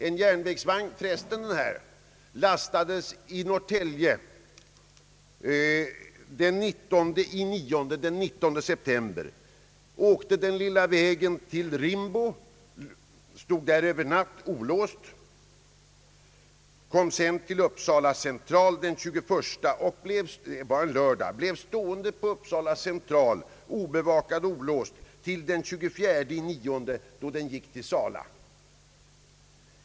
En järnvägsvagn lastades i Norrtälje den 19 september med sådana här varor och kördes den lilla vägen till Rimbo, stod där över natten olåst, kom sedan till Uppsala central den 21 september — det var en lördag — och blev stående på Uppsala central obevakad och olåst till den 24 september, då vagnen gick till Sala.